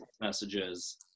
messages